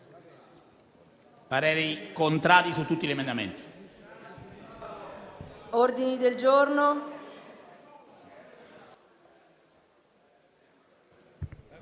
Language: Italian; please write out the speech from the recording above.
parere contrario su tutti gli emendamenti.